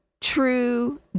true